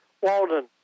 Walden